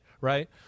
Right